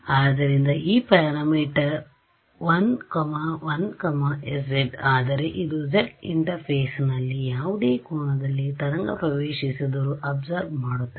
ಆದ್ದರಿಂದ ಈ parameter 1 sz ಆದರೆ ಇದು z ಇಂಟರ್ಫೇಸ್ನಲ್ಲಿ ಯಾವುದೇ ಕೋನದಲ್ಲಿ ತರಂಗ ಪ್ರವೇಶಿಸಿದರೂ ಅಬ್ಸಾರ್ಬ್ ಮಾಡುತ್ತದೆ